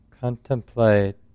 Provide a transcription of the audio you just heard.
Contemplate